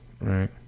right